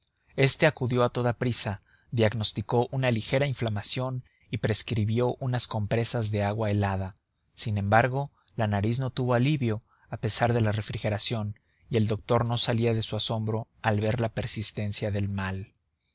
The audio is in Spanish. este acudió a toda prisa diagnosticó una ligera inflamación y prescribió unas compresas de agua helada sin embargo la nariz no tuvo alivio a pesar de la refrigeración y el doctor no salía de su asombro al ver la persistencia del mal